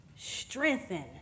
Strengthen